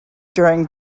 during